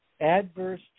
Adverse